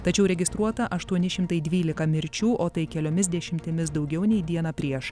tačiau registruota aštuoni šimtai dvylika mirčių o tai keliomis dešimtimis daugiau nei dieną prieš